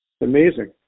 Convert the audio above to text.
Amazing